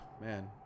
man